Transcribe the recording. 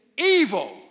Evil